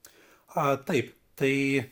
a taip tai